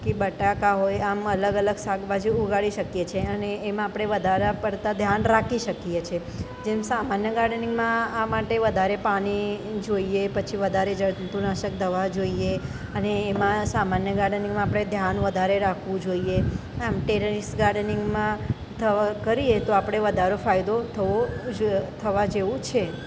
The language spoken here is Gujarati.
કે બટાકા હોય આમ અલગ અલગ શાકભાજી ઉગાડી શકીએ છીએ અને એમાં આપણે વધારે પડતું ધ્યાન રાખી શકીએ છીએ જેમ સામાન્ય ગાર્ડનિંગમાં આ માટે વધારે પાણી જોઈએ પછી વધારે જંતુનાશક દવા જોઈએ અને એમાં સામાન્ય ગાર્ડનિંગમાં આપણે ધ્યાન વધારે રાખવું જોઈએ અને આમ ટેરેસ ગાર્ડનિંગમાં કરીએ તો આપણને વધારે ફાયદો થવો થવા જેવું છે